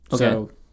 Okay